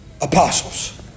apostles